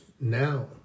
now